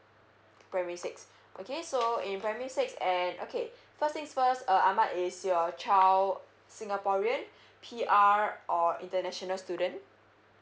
primary six okay so in primary six and okay first things first uh ahmad is your child singaporean P_R or international student